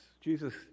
Jesus